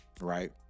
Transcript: right